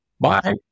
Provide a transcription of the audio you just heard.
Bye